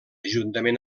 juntament